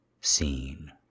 Seen